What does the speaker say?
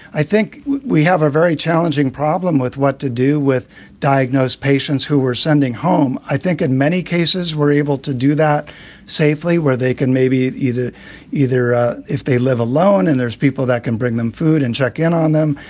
i think we have a very challenging problem with what to do with diagnosed patients who are sending home. i think in many cases we're able to do that safely where they can maybe either either ah if they live alone and there's people that can bring them food and check in on them.